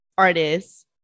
Artists